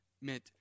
meant